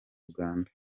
uganda